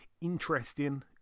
interesting